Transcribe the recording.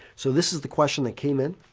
so this is the question that came in.